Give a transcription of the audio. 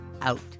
out